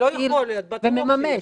ומממש.